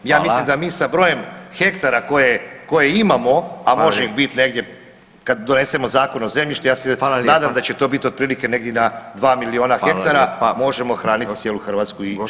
Ja mislim da mi sa brojem hektara koje imamo, a može biti negdje kada donesemo Zakon o zemljištu, ja se nadam da će to biti otprilike negdje na 2 milijuna hektara možemo hraniti cijelu Hrvatsku i